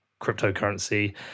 cryptocurrency